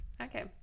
okay